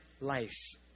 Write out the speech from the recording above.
life